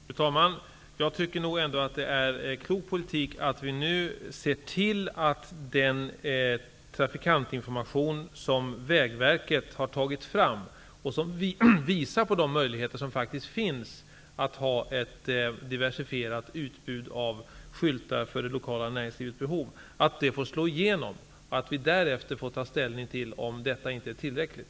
Fru talman! Jag tycker nog ändå att det är en klok politik att vi nu ser till att den trafikantinformation som Vägverket har tagit fram, och som visar på de möjligheter som faktiskt finns att ha ett diversifierat utbud av skyltar för det lokala näringslivets behov, får slå igenom. Därefter får vi ta ställning till om detta inte är tillräckligt.